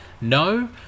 No